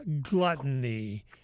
gluttony